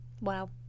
Wow